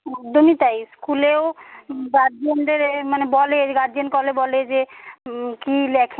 একদমই তাই স্কুলেও গার্জেনদের এ মানে বলে যে গার্জেন কলে বলে যে কী লেখে